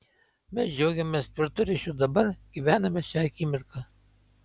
mes džiaugiamės tvirtu ryšiu dabar gyvename šia akimirka